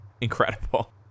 incredible